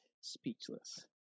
speechless